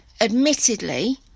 Admittedly